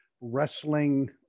wrestling